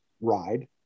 ride